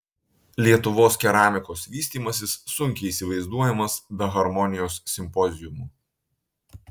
lietuvos keramikos vystymasis sunkiai įsivaizduojamas be harmonijos simpoziumų